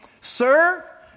Sir